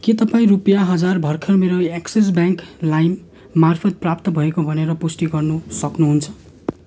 के तपाईँ रुपियाँ हजार भर्खर मेरो एक्सिस ब्याङ्क लाइम मार्फत प्राप्त भएको भनेर पुष्टि गर्नु सक्नुहुन्छ